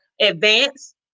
advanced